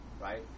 right